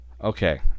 Okay